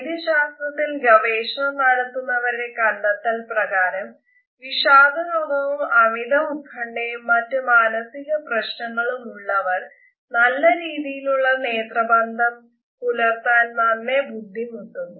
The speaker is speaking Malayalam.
വൈദ്യശാസ്ത്രത്തിൽ ഗവേഷണം നടത്തുന്നവരുടെ കണ്ടെത്തൽ പ്രകാരം വിഷാദരോഗവും അമിത ഉത്കണ്ഠയും മറ്റ് മാനസിക പ്രശ്നങ്ങളും ഉള്ളവർ നല്ല രീതിയിലുള്ള നേത്രബന്ധം പുലർത്താൻ നന്നേ ബുദ്ധിമുട്ടുന്നു